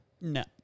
No